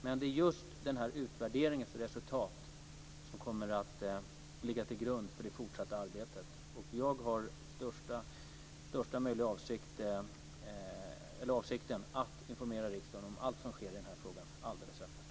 Men det är just denna utvärderings resultat som kommer att ligga till grund för det fortsatta arbetet. Jag har avsikten att informera riksdagen om allt som sker i denna fråga alldeles öppet.